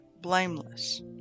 blameless